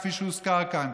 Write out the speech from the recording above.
כפי שהוזכר כאן.